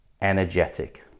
energetic